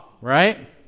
right